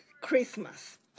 Christmas